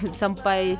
sampai